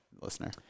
Listener